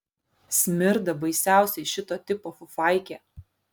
smirda baisiausiai šito tipo fufaikė